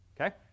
Okay